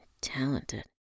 talented